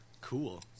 Cool